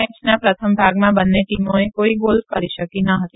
મેચના પ્રથમ ભાગમાં બંને તીમો કોઈ ગોલ કરી શકી ન હતી